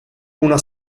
una